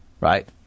right